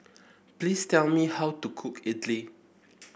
please tell me how to cook idly